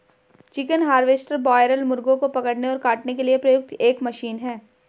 chicken harvester broiler मुर्गों को पकड़ने और काटने के लिए प्रयुक्त एक मशीन है